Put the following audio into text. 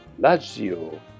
Lazio